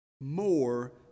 more